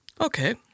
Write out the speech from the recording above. Okay